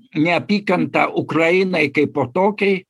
neapykanta ukrainai kaipo tokiai